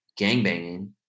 gangbanging